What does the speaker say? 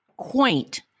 quaint